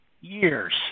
Years